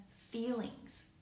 feelings